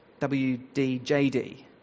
WDJD